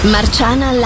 Marciana